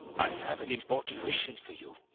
i have an important mission for you.